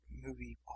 Movie